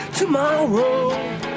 tomorrow